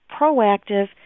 proactive